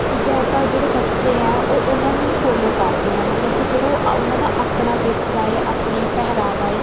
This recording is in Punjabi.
ਠੀਕ ਹੈ ਤਾਂ ਜਿਹੜੇ ਬੱਚੇ ਆ ਉਹ ਉਹਨਾਂ ਨੂੰ ਹੀ ਫੋਲੋ ਕਰ ਰਹੇ ਆ ਮਤਲਬ ਕਿ ਜਿਹੜਾ ਉਹ ਉਹਨਾਂ ਦਾ ਆਪਣਾ ਵਿਰਸਾ ਏ ਆਪਣੇ ਪਹਿਰਾਵਾ ਏ